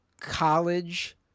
college